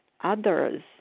others